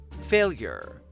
Failure